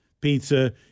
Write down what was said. pizza